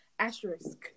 asterisk